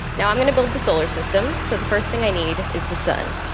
now i'm gonna build the solar system. so, the first thing i need is the sun.